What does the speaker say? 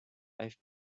ice